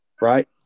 Right